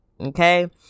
Okay